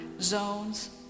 zones